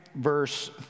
verse